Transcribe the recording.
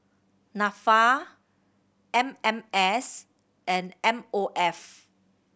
Nafa M M S and M O F